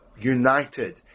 united